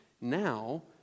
Now